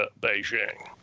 Beijing